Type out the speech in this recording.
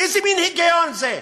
איזה מין היגיון זה?